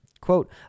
Quote